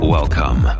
Welcome